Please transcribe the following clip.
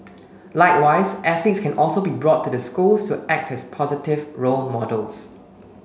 likewise athletes can also be brought to the schools to act as positive role models